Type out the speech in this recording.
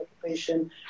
occupation